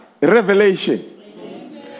Revelation